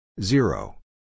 Zero